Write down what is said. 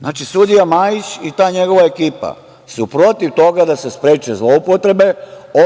zloupotrebu. Sudija Majić i ta njegova ekipa su protiv toga da se spreče zloupotrebe,